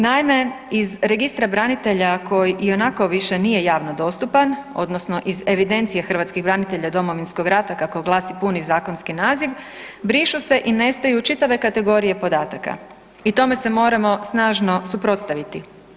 Naime, iz Registra branitelja koji ionako više nije javno dostupan odnosno iz Evidencije hrvatskih branitelja iz Domovinskog rata kako glasi puni zakonski naziv brišu se i nestaju čitave kategorije podataka i tome se moramo snažno suprotstaviti.